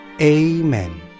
Amen